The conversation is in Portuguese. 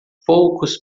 poucos